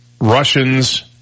Russians